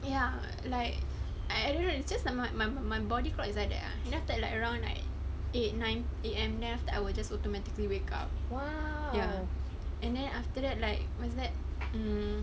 ya like I don't know it's just uh my my my my body clock is like that ah and then after that like around like eight nine A_M then after that I will just automatically wake up ya and then after that like what's that mm